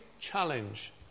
challenge